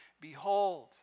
Behold